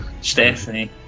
Stephanie